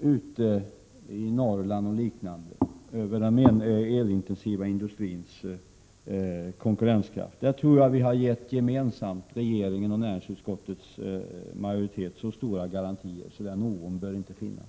i bl.a. Norrland inte skall behöva känna oro för den elintensiva industrins konkurrenskraft, eftersom både regeringen och näringsutskottets majoritet har lämnat mycket goda garantier.